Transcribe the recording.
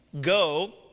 Go